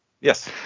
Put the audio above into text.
Yes